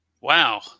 Wow